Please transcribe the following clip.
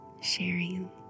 sharing